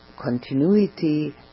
continuity